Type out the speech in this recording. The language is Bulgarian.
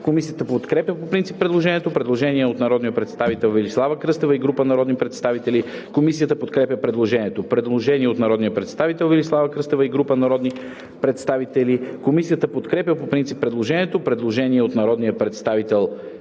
Комисията подкрепя по принцип предложението. Предложение от народния представител Велислава Кръстева и група народни представители.